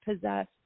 possess